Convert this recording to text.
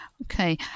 Okay